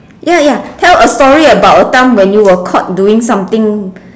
ya ya tell a story about a time when you were caught doing something